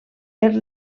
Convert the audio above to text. per